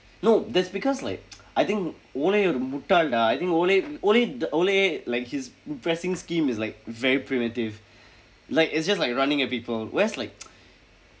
no that's because like I think ole ஒரு முட்டாள்:oru mutdaal dah I think ole ole ole like his pressing scheme is like very primitive like it's just like running at people whereas like